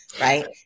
Right